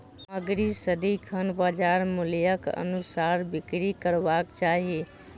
सामग्री सदिखन बजार मूल्यक अनुसार बिक्री करबाक चाही